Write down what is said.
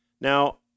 Now